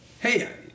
Hey